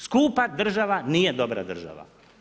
Skupa država nije dobra država.